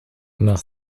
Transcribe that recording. nach